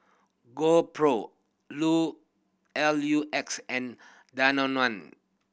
GoPro L U X and Danone